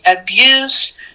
abuse